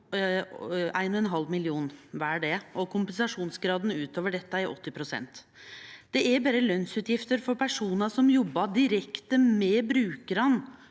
1,5 mill. kr, og kompensasjonsgraden utover dette er 80 pst. Det er berre lønsutgifter for personar som jobbar direkte med brukarane,